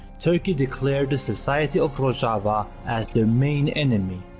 turkey declared the society of rojava as their main enemy.